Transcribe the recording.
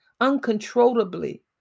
uncontrollably